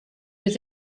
was